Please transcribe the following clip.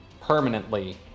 permanently